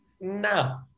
no